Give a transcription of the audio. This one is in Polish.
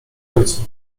ojcu